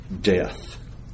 Death